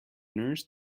nurse